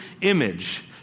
image